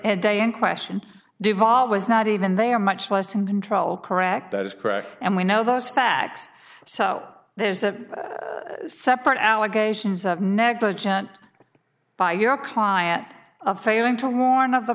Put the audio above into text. and day in question deval was not even they are much less in control correct that is correct and we know those facts so there's a separate allegations of negligent by your client of failing to warn of the